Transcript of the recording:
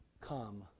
come